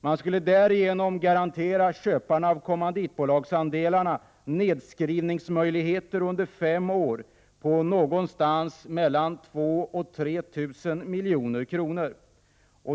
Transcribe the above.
Man skulle därigenom garantera köparna av kommanditbolagsandelarna nedskrivningsmöjligheter under fem år på mellan 2 000 och 3 000 milj.kr.